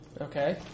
Okay